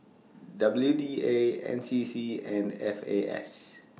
W D A N C C and F A S